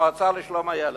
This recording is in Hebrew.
המועצה לשלום הילד,